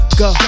go